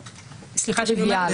סליחה שאני אומרת,